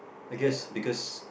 I guess because